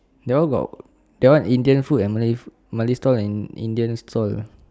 that one got that one indian food and malay food malay stall and indian stall